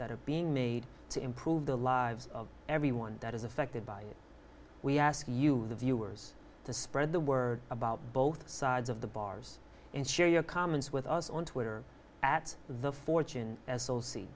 that are being made to improve the lives of everyone that is affected by it we ask you the viewers to spread the word about both sides of the bars and share your comments with us on twitter at the fortune as